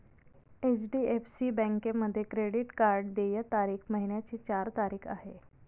HDFC बँकेमध्ये credit card देय तारीख महिन्याची चार तारीख आहे